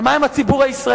אבל מה עם הציבור הישראלי?